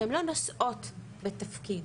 שהן לא נושאות בתפקיד.